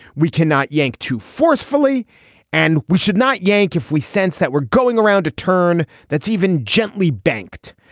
we cannot yank too forcefully and we should not yank if we sense that we're going around to turn. that's even gently banked.